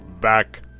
Back